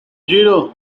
zero